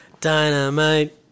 Dynamite